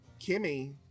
Kimmy